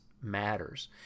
matters